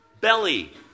belly